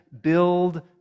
build